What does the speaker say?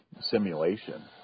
simulation